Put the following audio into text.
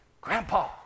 Grandpa